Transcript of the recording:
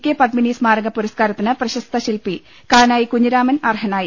K Padmini സ്മാരക പുരസ്കാരത്തിന് പ്രശസ്ത ശിൽപി കാനായി കുഞ്ഞിരാമൻ അർഹനായി